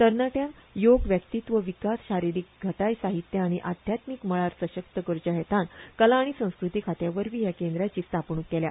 तरणाट्यांक योग व्यक्तीत्व विकास शारिरीक घटाय साहित्य आनी आध्यात्मीक मळार सशक्त करपा हेतान कला आनी संस्कृती खात्या वरवीं ह्या केंद्राची स्थापणूक केल्या